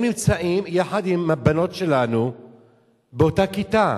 הם נמצאים יחד עם הבנות שלנו באותה כיתה.